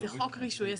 זה חוק רישוי עסקים.